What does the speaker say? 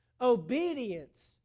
Obedience